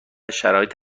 شرایط